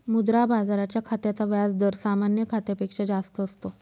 मुद्रा बाजाराच्या खात्याचा व्याज दर सामान्य खात्यापेक्षा जास्त असतो